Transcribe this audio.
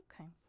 Okay